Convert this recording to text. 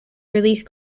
released